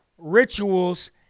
Rituals